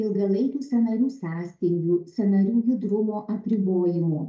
ilgalaikiu sąnarių sąstingiu sąnarių judrumo apribojimu